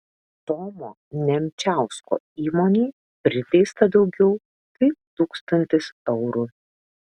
tomo nemčiausko įmonei priteista daugiau kaip tūkstantis eurų